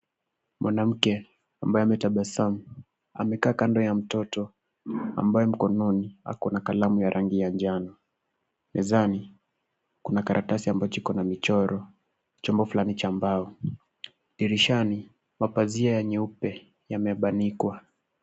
Mwanamke ambaye ametabasamu amekaa kando ya mtoto ambaye mkononi ako na kalamu ya rangi ya njano. Mezani kuna karatasi ambacho iko na michoro chombo fulani cha mbao. Dirishani mapazia nyeupe yamebanikwa.